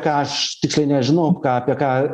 ką aš tiksliai nežinau ką apie ką